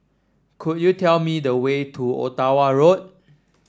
could you tell me the way to Ottawa Road